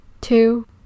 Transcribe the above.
two